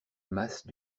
masse